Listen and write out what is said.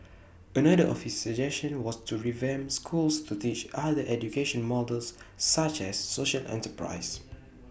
another of his suggestion was to revamp schools to teach other education models such as social enterprise